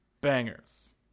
bangers